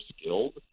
skilled